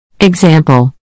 Example